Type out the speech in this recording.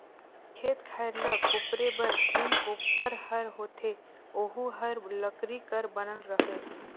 खेत खायर ल कोपरे बर जेन कोपर हर होथे ओहू हर लकरी कर बनल रहेल